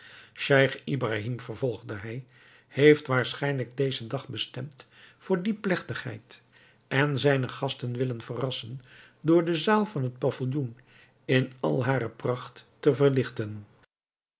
scheich ibrahim vervolgde hij heeft waarschijnlijk dezen dag bestemd voor die plegtigheid en zijne gasten willen verrassen door de zaal van het pavilloen in al hare pracht te verlichten